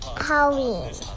Halloween